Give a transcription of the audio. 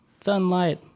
sunlight